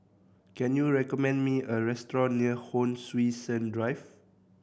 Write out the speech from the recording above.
can you recommend me a restaurant near Hon Sui Sen Drive